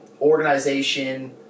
organization